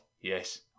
Yes